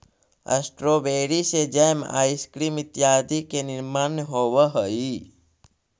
strawberry से jam, ice cream इत्यादि के निर्माण होवऽ हइ